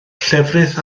llefrith